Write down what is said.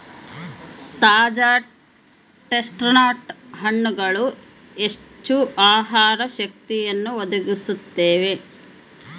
ತಾಜಾ ಚೆಸ್ಟ್ನಟ್ ಹಣ್ಣುಗಳು ಹೆಚ್ಚು ಆಹಾರ ಶಕ್ತಿಯನ್ನು ಒದಗಿಸುತ್ತವೆ